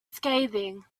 scathing